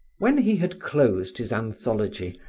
when he had closed his anthology,